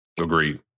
Agreed